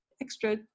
extra